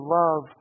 love